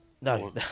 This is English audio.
No